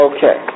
Okay